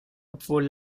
obwohl